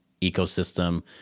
ecosystem